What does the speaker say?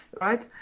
right